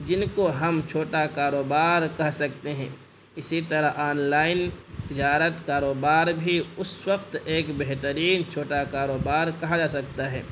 جن کو ہم چھوٹا کاروبار کہہ سکتے ہیں اسی طرح آن لائن تجارت کاروبار بھی اس وقت ایک بہترین چھوٹا کاروبار کہا جا سکتا ہے